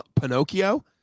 Pinocchio